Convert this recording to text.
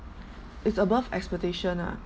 it's above expectation ah